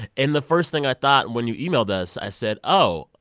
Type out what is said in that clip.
and the first thing i thought when you emailed us, i said, oh,